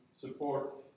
support